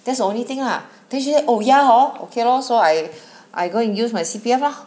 that's the only thing ah then she oh ya hor okay lor so I I go and use my C_P_F lor